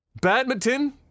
badminton